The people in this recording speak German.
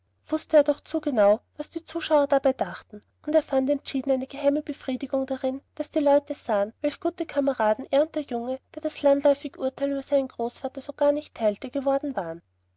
wußte er doch zu genau was die zuschauer dabei dachten und er fand entschieden eine geheime befriedigung darin daß die leute sahen welch gute kameraden er und der junge der das landläufige urteil über seinen großvater so gar nicht teilte geworden waren